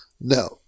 Now